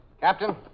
Captain